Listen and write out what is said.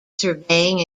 surveying